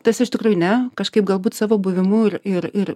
tas iš tikrųjų ne kažkaip galbūt savo buvimu ir ir ir